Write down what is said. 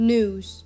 News